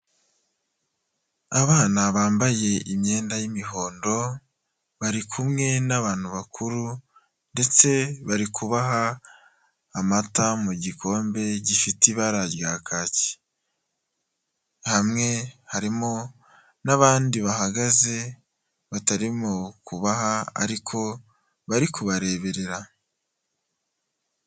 Abana bambaye imyenda y'imihondo bari kumwe n'abantu bakuru ndetse bari kubaha amata mu gikombe gifite ibara rya kaki, hamwe harimo n'abandi bahagaze batarimo kubaha ariko bari kubareberera.